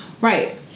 right